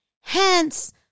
Hence